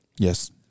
Yes